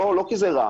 לא כי זה רע,